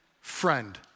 friend